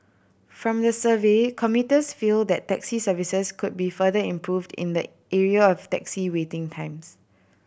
from the survey commuters feel that taxi services could be further improved in the area of taxi waiting times